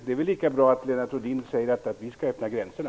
Det är väl lika bra att Lennart Rohdin säger att vi skall öppna gränserna.